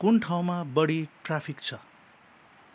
कुन ठाउँमा बढी ट्राफिक छ